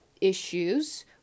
issues